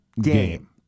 game